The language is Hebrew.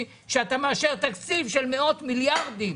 שאתה מאשר תקציב של מאות מיליארדים,